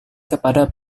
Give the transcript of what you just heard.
kepada